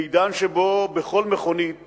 בעידן שבו בכל מכונית